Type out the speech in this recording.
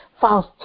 false